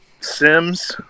Sims